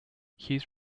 hughes